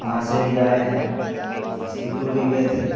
वहाँ से भी आए हैं समस्तीपुर भी गए थे